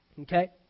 Okay